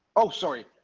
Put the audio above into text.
oh sorry,